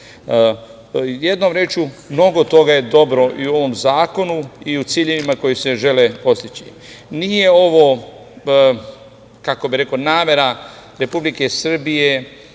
rečju, mnogo toga je dobro i u ovom zakonu i u ciljevima koji se žele postići. Nije ovo, kako bih rekao, namera Republike Srbije